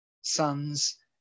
Sons